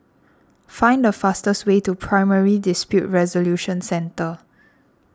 find the fastest way to Primary Dispute Resolution Centre